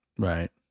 Right